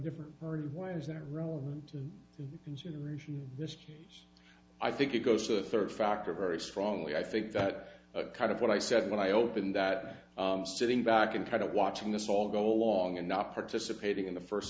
different order why is that relevant to incineration this case i think it goes to the third factor very strongly i think that kind of what i said when i open that sitting back and kind of watching this all go along and not participating in the first